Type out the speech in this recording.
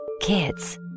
Kids